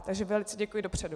Takže velice děkuji dopředu.